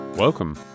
Welcome